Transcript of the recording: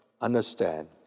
understand